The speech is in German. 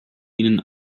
ihnen